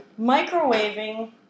microwaving